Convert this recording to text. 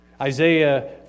Isaiah